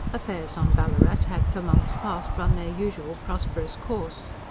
affairs on ballarat had, for months past, run their usual prosperous course.